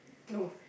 no